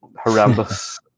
horrendous